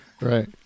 Right